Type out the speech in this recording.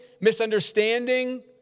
misunderstanding